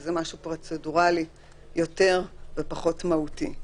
שזה משהו פרוצדורלי יותר ופחות מהותי.